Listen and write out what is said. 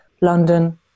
London